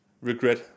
regret